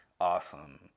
awesome